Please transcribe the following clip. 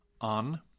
on